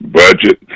budget